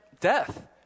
death